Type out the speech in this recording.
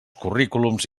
currículums